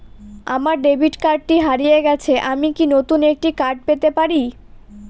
আমার ডেবিট কার্ডটি হারিয়ে গেছে আমি কি নতুন একটি কার্ড পেতে পারি?